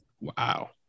Wow